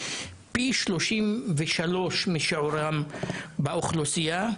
פי 33 משיעורם באוכלוסייה.